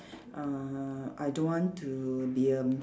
uh I don't want to be a m~